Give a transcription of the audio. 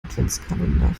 adventkalender